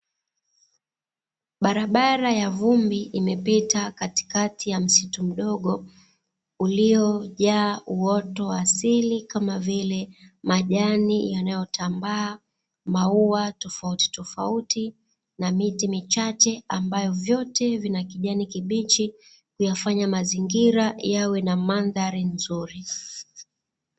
Barabara ya vumbi imepita katikati ya msitu mdogo, uliojaa uoto wa asili kama vile; majani yanayotambaa, maua tofautitofauti na miti michache, ambayo vyote vina kijani kibichi, huyafanya mazingira yawe na mandhari nzuri.